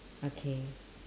okay